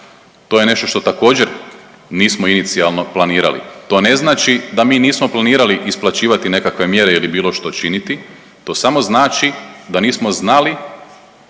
to je nešto što također, nismo inicijalno planirali. To ne znači da mi nismo planirali isplaćivati nekakve mjere ili bilo što činiti, to samo znali da nismo znali